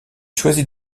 choisit